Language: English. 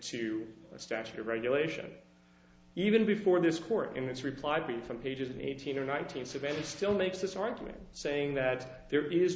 to a statute or regulation even before this court in this reply be some pages in eighteen or nineteen savannah still makes this argument saying that there is